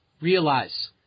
realize